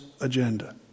agenda